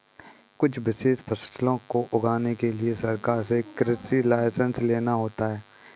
कुछ विशेष फसलों को उगाने के लिए सरकार से कृषि लाइसेंस लेना होता है